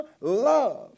love